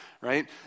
right